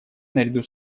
наряду